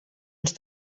ens